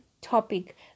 topic